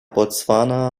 botswana